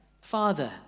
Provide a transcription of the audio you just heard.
Father